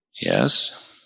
Yes